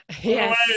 yes